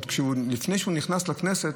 לפני שהוא נכנס לכנסת,